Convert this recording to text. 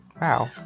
wow